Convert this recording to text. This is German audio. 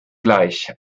gleich